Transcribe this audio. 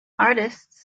artists